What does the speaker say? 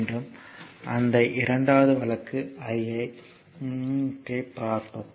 மீண்டும் அந்த இரண்டாவது வழக்கு ஐ பார்ப்போம்